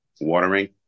watering